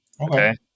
Okay